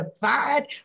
divide